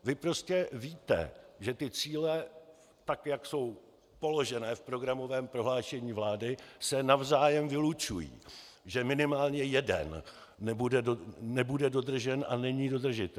Vy prostě víte, že se ty cíle, tak jak jsou položené v programovém prohlášení vlády, navzájem vylučují, že minimálně jeden nebude dodržen a není dodržitelný.